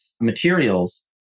materials